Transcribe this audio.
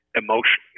emotion